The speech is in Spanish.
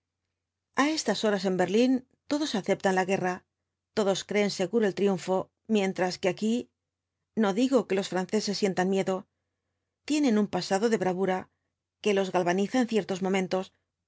a estas horas en berlín todos aceptan la guerra todos creen seguro el triunfo mientras que aquí no digo que los franceses sientan miedo tienen un pasado de bravura que los galvaniza en ciertos momentos